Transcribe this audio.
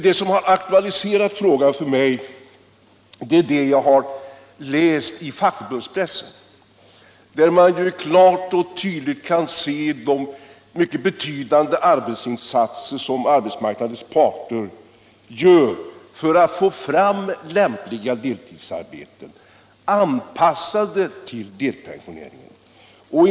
Det som har aktualiserat frågan för mig är vad jag har läst i fackförbundspressen, där man klart och tydligt kan se de mycket betydande insatser som arbetsmarknadens parter gör för att skaffa fram lämpliga deltidsarbeten, anpassade till delpensioneringen.